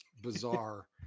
bizarre